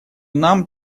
нам